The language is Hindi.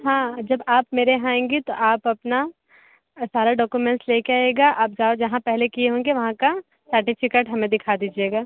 हाँ जब आप मेरे यहाँ आएँगी तो आप अपना सारा डॉक्यूमेंट्स लेकर आएगा आप जहाँ पहले किए होंगे वहाँ का सर्टिफिकेट हमें दिखा दीजिएगा